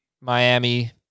Miami